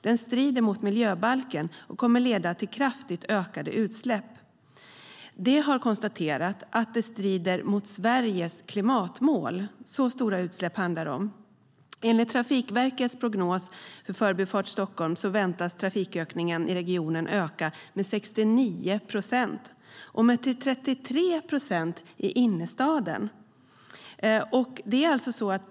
Den strider mot miljöbalken och kommer att leda till kraftigt ökade utsläpp. De har konstaterat att projektet strider mot Sveriges klimatmål - så stora utsläpp handlar det alltså om. Enligt Trafikverkets prognos för Förbifart Stockholm förväntas en trafikökning i regionen bli 69 procent, och i innerstaden väntas en ökning med 33 procent.